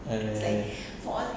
uh ya ya ya